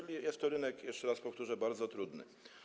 A więc jest to rynek, jeszcze raz powtórzę, bardzo trudny.